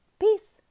peace